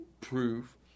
proof